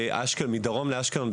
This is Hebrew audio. מדרום לאשקלון,